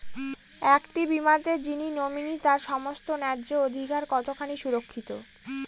একটি বীমাতে যিনি নমিনি তার সমস্ত ন্যায্য অধিকার কতখানি সুরক্ষিত?